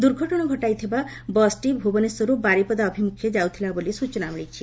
ଦୂର୍ଘଟଣା ଘଟାଇଥିବା ବସ୍ଟି ଭୁବନେଶ୍ୱରରୁ ବାରିପଦା ଅଭିମୁଖେ ଯାଉଥିଲା ବୋଲି ସୂଚନା ମିଳିଛି